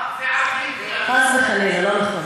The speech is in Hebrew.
חס וחלילה, לא נכון.